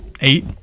eight